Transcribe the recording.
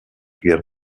guerre